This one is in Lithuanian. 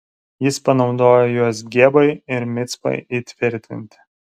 jis panaudojo juos gebai ir micpai įtvirtinti